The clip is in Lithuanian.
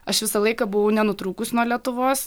aš visą laiką buvau nenutrūkus nuo lietuvos